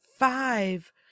Five